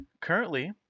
currently